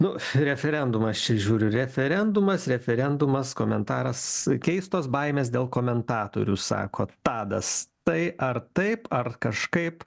nu referendumas čia žiūriu referendumas referendumas komentaras keistos baimės dėl komentatorių sako tadas tai ar taip ar kažkaip